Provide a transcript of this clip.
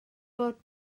bod